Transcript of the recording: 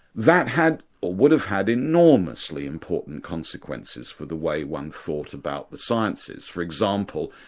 that had, or would have had, enormously important consequences for the way one thought about the sciences. for example,